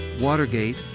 Watergate